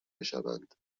بشوند